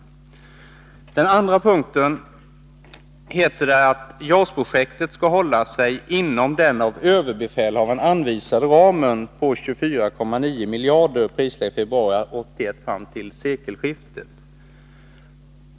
I den andra punkten heter det att JAS-projektet skall hålla sig inom den av överbefälhavaren anvisade ramen på 24,9 miljarder i prisläge februari 1981 fram till sekelskiftet.